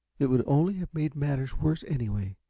it would only have made matters worse, anyway.